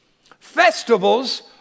festivals